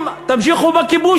אם תמשיכו בכיבוש,